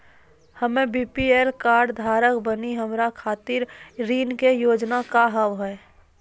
हम्मे BPL card धारक बानि हमारा खातिर ऋण के योजना का होव हेय?